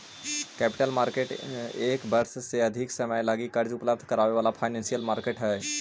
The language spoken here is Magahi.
कैपिटल मार्केट एक वर्ष से अधिक समय लगी कर्जा उपलब्ध करावे वाला फाइनेंशियल मार्केट हई